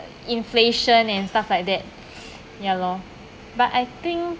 inflation and stuff like that ya lor but I think